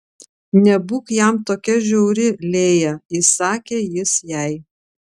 nebūk jam tokia žiauri lėja įsakė jis jai